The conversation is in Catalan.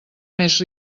més